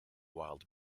wild